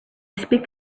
speak